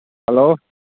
hello